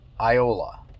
Iola